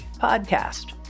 podcast